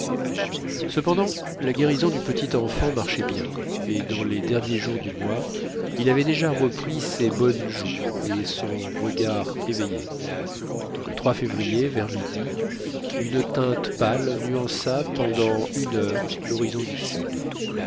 cependant la guérison du petit enfant marchait bien et dans les derniers jours du mois il avait déjà repris ses bonnes joues et son regard éveillé le février vers midi une teinte pâle nuança pendant une heure l'horizon du sud